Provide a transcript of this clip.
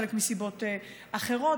חלק מסיבות אחרות,